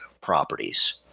properties